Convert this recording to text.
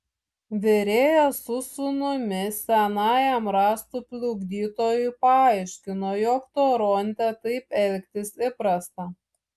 virėjas su sūnumi senajam rąstų plukdytojui paaiškino jog toronte taip elgtis įprasta